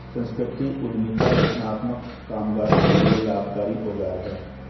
संस्कृति उद्यमिता रचनात्मक कामगारों के लिए लाभकारी औजार है